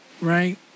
right